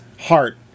heart